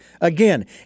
again